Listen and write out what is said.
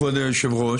כבוד היושב-ראש,